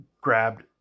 grabbed